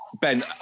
Ben